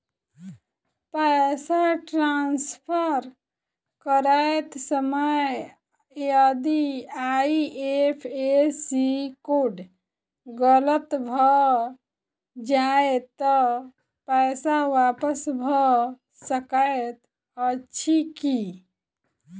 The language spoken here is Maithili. पैसा ट्रान्सफर करैत समय यदि आई.एफ.एस.सी कोड गलत भऽ जाय तऽ पैसा वापस भऽ सकैत अछि की?